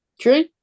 True